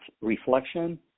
reflection